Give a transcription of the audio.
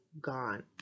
gone